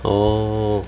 oh